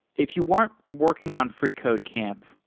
if you weren't working on freecodecamp,